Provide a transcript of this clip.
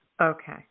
Okay